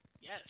Yes